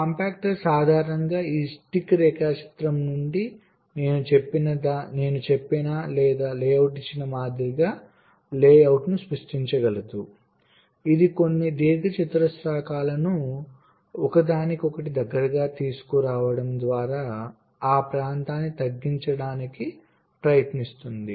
compactor సాధారణంగా ఈ stick రేఖాచిత్రం నుండి నేను చెప్పిన లేదా లేఅవుట్ ఇచ్చిన మాదిరిగానే లేఅవుట్ను సృష్టించగలదు ఇది కొన్ని దీర్ఘచతురస్రాలను ఒకదానికొకటి దగ్గరగా తీసుకురావడం ద్వారా ఆ ప్రాంతాన్ని తగ్గించడానికి ప్రయత్నిస్తుంది